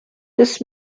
this